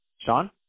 Sean